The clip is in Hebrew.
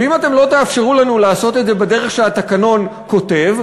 ואם לא תאפשרו לנו לעשות את זה בדרך שהתקנון כותב,